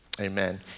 amen